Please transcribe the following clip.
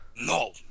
no